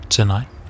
Tonight